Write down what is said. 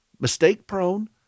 mistake-prone